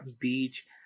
beach